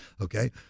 Okay